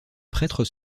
prêtres